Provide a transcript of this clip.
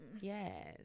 Yes